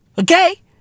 Okay